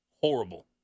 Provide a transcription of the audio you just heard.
horrible